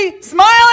smiling